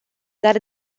dar